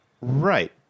Right